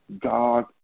God